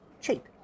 cheap